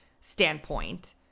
standpoint